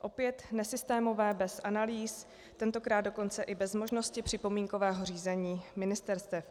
Opět nesystémové, bez analýz, tentokrát dokonce i bez možnosti připomínkového řízení ministerstev.